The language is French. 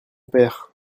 père